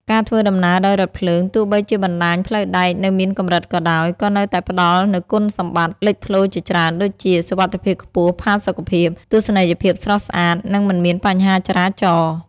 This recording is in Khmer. ការធ្វើដំណើរដោយរថភ្លើង ទោះបីជាបណ្ដាញផ្លូវដែកនៅមានកម្រិតក៏ដោយ ក៏នៅតែផ្ដល់នូវគុណសម្បត្តិលេចធ្លោជាច្រើនដូចជា សុវត្ថិភាពខ្ពស់ ផាសុកភាព ទស្សនីយភាពស្រស់ស្អាត និងមិនមានបញ្ហាចរាចរណ៍។